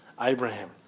Abraham